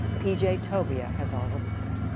p j. tobia has our report.